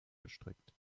gestrickt